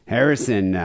Harrison